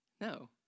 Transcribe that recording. No